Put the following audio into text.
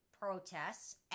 protests